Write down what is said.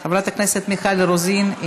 חברת הכנסת מיכל רוזין,